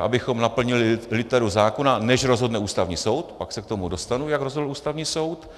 Abychom naplnili literu zákona, než rozhodne Ústavní soud pak se k tomu dostanu, jak rozhodl Ústavní soud